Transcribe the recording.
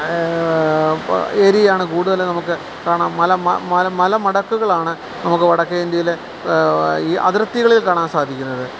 ഏരിയയാണ് കൂടുതലും നമുക്ക് കാണാം മലമടക്കുകളാണ് നമുക്ക് വടക്കേ ഇന്ത്യയില് ഈ അതിർത്തികളില് കാണാൻ സാധിക്കുന്നത്